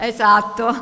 Esatto